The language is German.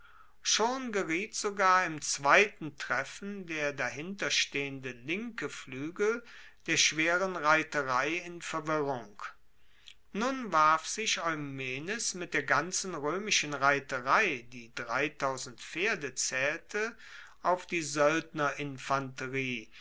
schon geriet sogar im zweiten treffen der dahinterstehende linke fluegel der schweren reiterei in verwirrung nun warf sich eumenes mit der ganzen roemischen reiterei die pferde zaehlte auf die